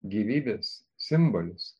gyvybės simbolis